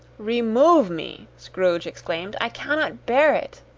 remove me! scrooge exclaimed, i cannot bear it!